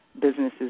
businesses